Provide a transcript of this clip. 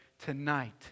tonight